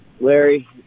larry